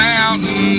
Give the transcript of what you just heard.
Mountain